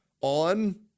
on